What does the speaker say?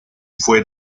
fue